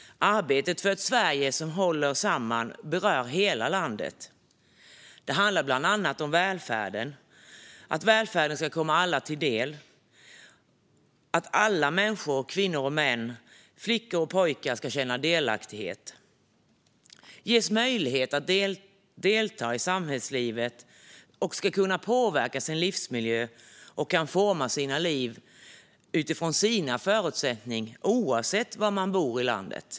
Arbetet för ett Sverige som håller samman berör hela landet. Det handlar bland annat om att välfärden ska komma alla till del, att alla människor - kvinnor och män, flickor och pojkar - ska känna delaktighet, ges möjligheter att delta i samhällslivet och kunna påverka sin livsmiljö och kunna forma sina liv utifrån sina förutsättningar oavsett var i landet de bor.